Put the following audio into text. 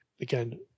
again